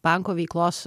banko veiklos